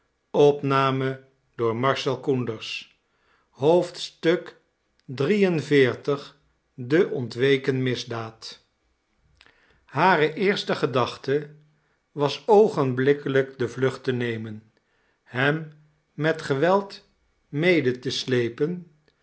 de ontweken misdaad hare eerste gedachte was oogenblikkelijk de vlucht te nemen hem met geweld mede te slepen